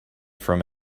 from